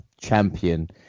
champion